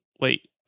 wait